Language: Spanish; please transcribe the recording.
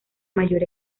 mayor